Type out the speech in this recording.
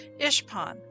Ishpan